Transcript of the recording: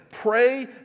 Pray